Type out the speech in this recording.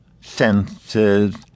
senses